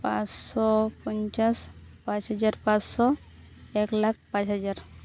ᱯᱟᱪᱥᱳ ᱯᱚᱸᱧᱪᱟᱥ ᱯᱟᱸᱪ ᱦᱟᱡᱟᱨ ᱯᱟᱪᱥᱳ ᱮᱠᱞᱟᱠᱷ ᱯᱟᱸᱪ ᱦᱟᱡᱟᱨ